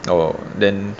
oo then